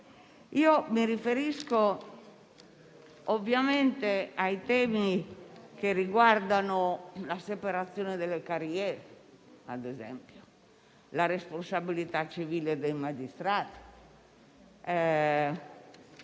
Mi riferisco ovviamente ai temi che riguardano la separazione delle carriere - ad esempio - la responsabilità civile dei magistrati,